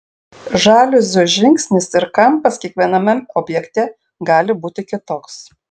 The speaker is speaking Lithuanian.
žaliuzių žingsnis ir kampas kiekviename objekte gali būti kitoks